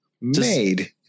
made